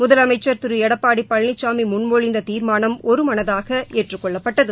முதலமைச்சர் எடப்பாடி பழனிசாமி முன்மொழிந்த தீர்மானம் திரு ஒருமனதாக ஏற்றுக்கொள்ளப்பட்டது